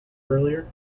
earlier